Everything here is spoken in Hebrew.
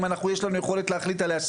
אם יש לנו יכולת להחליט עליה.